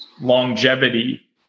longevity